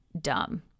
dumb